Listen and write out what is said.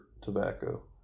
tobacco